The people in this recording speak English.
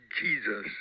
Jesus